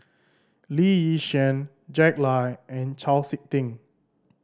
Lee Yi Shyan Jack Lai and Chau Sik Ting